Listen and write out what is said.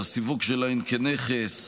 הסיווג שלהן כנכס,